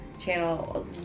channel